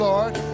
Lord